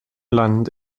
land